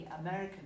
American